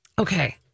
Okay